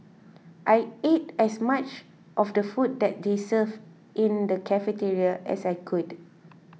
I ate as much of the food that they served in the cafeteria as I could